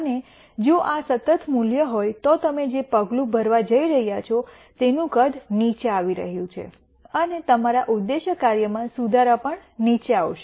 અને જો આ સતત મૂલ્ય હોય તો તમે જે પગલું ભરવા જઈ રહ્યા છો તેનું કદ નીચે આવી રહ્યું છે અને તમારા ઉદ્દેશ્ય કાર્યમાં સુધારો પણ નીચે આવશે